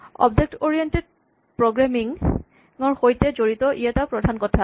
object oriented programming ৰ সৈতে জড়িত ই এটা প্ৰধান কথা